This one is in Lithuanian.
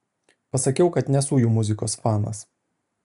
pasakiau kad nesu jų muzikos fanas